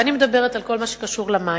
ואני מדברת על כל מה שקשור למים.